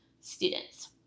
students